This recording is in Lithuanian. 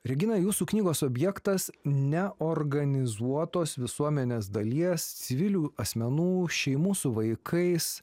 regina jūsų knygos objektas ne organizuotos visuomenės dalies civilių asmenų šeimų su vaikais